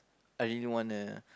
I didn't wanna